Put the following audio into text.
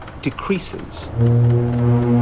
decreases